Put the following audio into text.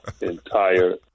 entire